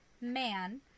man